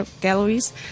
galleries